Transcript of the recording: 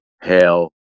Hell